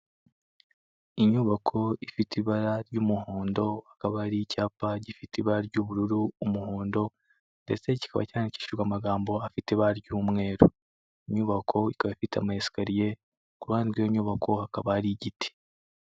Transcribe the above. Inyubako ifite ibara ry'umuhondo hakaba hari icyapa gifite ibara ry'ubururu, umuhondo ndetse kikaba cyandikishijwe amagambo afite ibara ry'umweru, inyubako ikaba ifite amayesikariye, ku ruhande rw'iyo nyubako hakaba ari igiti.